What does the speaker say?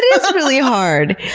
you know so really hard!